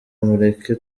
mureke